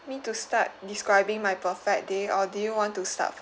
me to start describing my perfect day or do you want to start